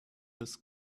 this